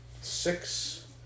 six